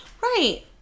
Right